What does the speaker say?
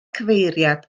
cyfeiriad